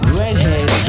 redhead